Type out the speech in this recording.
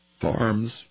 farms